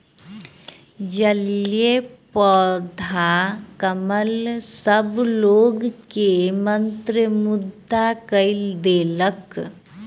जलीय पौधा कमल सभ लोक के मंत्रमुग्ध कय देलक